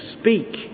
speak